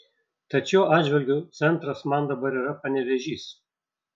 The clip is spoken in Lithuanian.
tad šiuo atžvilgiu centras man dabar yra panevėžys